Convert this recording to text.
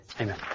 Amen